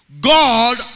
God